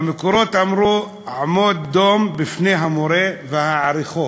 במקורות אמרו: עמוד דום בפני המורה והעריכו.